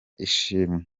ishimwe